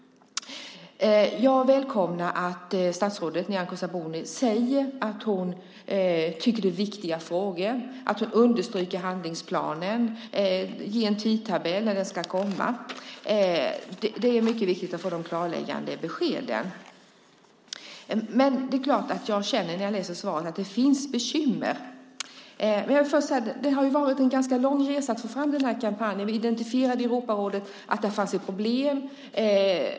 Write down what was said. Jag välkomnar att statsrådet Nyamko Sabuni säger att hon tycker att dessa frågor är viktiga, att hon understryker handlingsplanen och ger en tidtabell för när den ska komma. Det är viktigt att vi får dessa klarläggande besked. Men när jag hör svaret känner jag att det finns bekymmer. Låt mig först säga att det har varit en ganska lång resa att få denna kampanj till stånd. I Europarådet identifierade vi att det fanns ett problem.